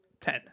Ten